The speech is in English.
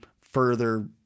further